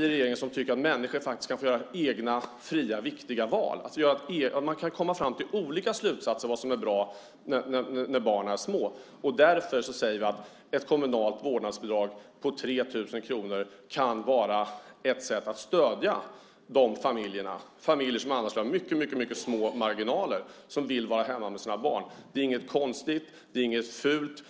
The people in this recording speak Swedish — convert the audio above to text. regeringen som tycker att människor ska få göra egna, fria, viktiga val, att man kan komma fram till olika slutsatser om vad som är bra när barnen är små. Därför säger vi att ett kommunalt vårdnadsbidrag på 3 000 kronor kan vara ett sätt att stödja de familjerna, familjer som annars har mycket små marginaler och som vill vara hemma med sina barn. Det är inget konstigt och inget fult.